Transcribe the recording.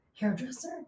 hairdresser